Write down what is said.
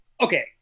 Okay